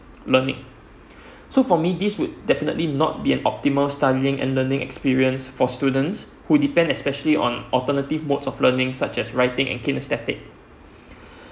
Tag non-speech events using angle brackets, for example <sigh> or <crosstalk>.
learning <breath> so for me this would definitely not be an optimal studying and learning experience for students who depend especially on alternative modes of learning such as writing and kinesthetic <breath>